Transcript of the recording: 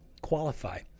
qualify